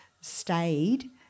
stayed